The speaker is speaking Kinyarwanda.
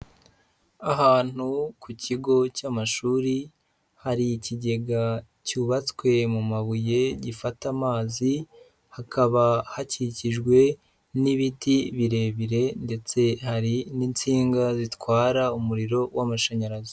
Ahantu ku kigo cy'amashuri, hari ikigega cyubatswe mu mabuye gifata amazi, hakaba hakikijwe n'ibiti birebire ndetse hari n'insinga zitwara umuriro w'amashanyarazi.